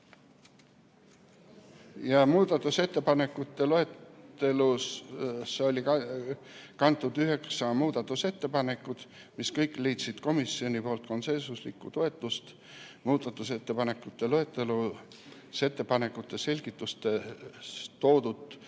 Muudatusettepanekute loetelusse oli kantud üheksa muudatusettepanekut, mis kõik leidsid komisjonis konsensuslikku toetust muudatusettepanekute loetelus ettepanekute selgitustes toodud